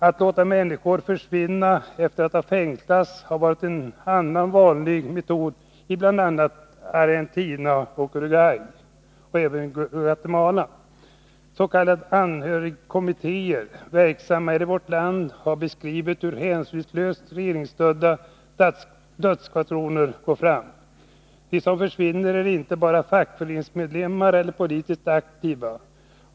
Att låta människor ”försvinna” efter att ha fängslats har varit en annan vanlig metod i bl.a. Argentina och Uruguay ävensom i Guatemala. S.k. anhörigkommittéer, verksamma här i vårt land, har beskrivit hur hänsynslöst regeringsstödda dödsskvadroner går fram. De som ”försvinner” är inte bara fackföreningsmedlemmar eller politiskt aktiva.